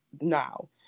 now